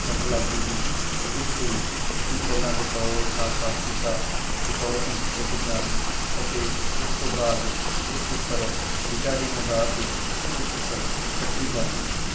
ਸੱਟ ਲੱਗ ਗਈ ਸੀ ਇਸ ਲਈ ਅਸੀਂ ਪਹਿਲਾਂ ਡਿਟੋਲ ਨਾਲ ਸਾਫ ਕੀਤਾ ਡਿਟੋਲ ਐਂਟੀਸਪੇਟਿੰਗ ਨਾਲ ਅਤੇ ਉਸ ਤੋਂ ਬਾਅਦ ਉਸ ਉੱਪਰ ਬੀਟਾਡੀਨ ਲਗਾ ਕੇ ਉਸ ਉੱਪਰ ਪੱਟੀ ਕਰ ਦਿੱਤੀ